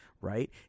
right